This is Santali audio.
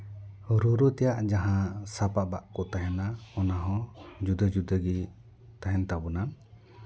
ᱨᱩᱨᱩ ᱛᱮᱭᱟᱜ ᱡᱟᱦᱟᱸ ᱥᱟᱯᱟᱯᱼᱟᱜ ᱠᱚ ᱛᱟᱦᱮᱱᱟ ᱚᱱᱟᱦᱚᱸ ᱡᱩᱫᱟᱹ ᱡᱩᱫᱟᱹ ᱜᱮ ᱛᱟᱦᱮᱱ ᱛᱟᱵᱚᱱᱟ